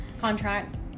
contracts